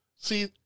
See